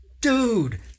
dude